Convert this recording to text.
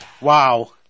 Wow